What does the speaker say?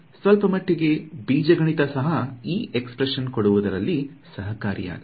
ಸ್ವಲ್ಪ ಮಟ್ಟಿಗೆ ಬೀಜ ಗಣಿತ ಸಹ ಈ ಏಕ್ಸ್ಪ್ರೆಶನ್ ಕೊಡುವುದಲ್ಲಿ ಸಹಕಾರಿಯಾಗಲಿದೆ